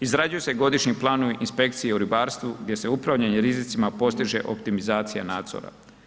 Izrađuju se godišnji planovi inspekcija o ribarstvu gdje se upravljanje rizicima postiže optimizacija nadzora.